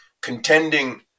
contending